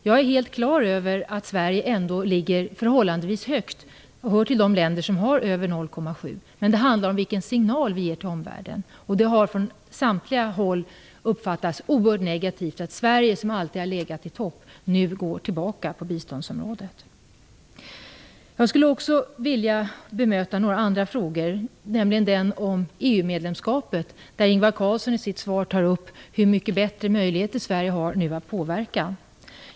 Jag är helt klar över att Sverige ligger förhållandevis högt och hör till de länder som ger över 0,7 % av BNI, men det handlar om vilken signal vi ger till omvärlden, och det har från samtliga håll uppfattats som oerhört negativt att Sverige, som alltid har legat i topp, nu går tillbaka på biståndsområdet. Jag skulle också vilja bemöta vad som sades om EU-medlemskapet. Ingvar Carlsson tar i sitt svar upp hur mycket bättre möjligheter Sverige nu har att påverka.